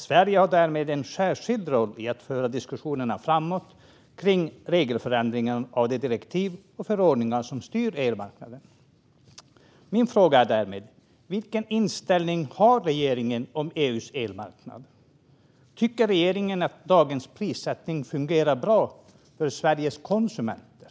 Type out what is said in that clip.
Sverige har därmed en särskild roll i att föra diskussionerna framåt kring regelförändringar av direktiv och förordningar som styr elmarknaden. Min fråga är: Vilken inställning har regeringen till EU:s elmarknad? Tycker regeringen att dagens prissättning fungerar bra för Sveriges konsumenter?